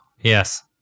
yes